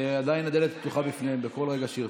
עדיין הדלת פתוחה בפניהם בכל רגע שירצו.